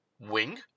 wing